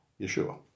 Yeshua